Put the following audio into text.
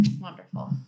Wonderful